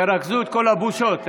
תרכזו את כל הבושות בסוף.